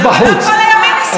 אבל לא כל הימין מסית,